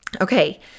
Okay